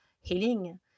healing